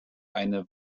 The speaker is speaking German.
eine